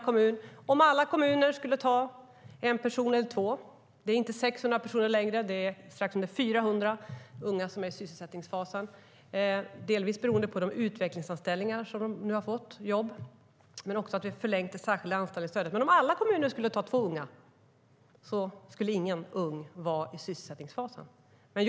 Om alla kommuner skulle ta en ung eller två - det är inte längre 600 personer utan strax under 400 unga i sysselsättningsfasen, delvis beroende på de utvecklingsanställningar som har gjort att de har fått jobb men också att vi har förlängt det särskilda anställningsstödet - skulle ingen ung vara i sysselsättningsfasen.